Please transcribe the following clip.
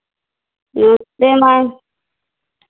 ये ये मैं